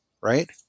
right